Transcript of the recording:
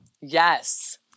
Yes